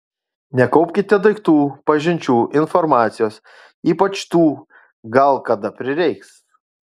nekaupkite daiktų pažinčių informacijos ypač tų gal kada prireiks